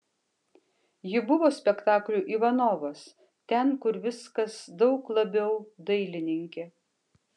ji buvo spektaklių ivanovas ten kur viskas daug labiau dailininkė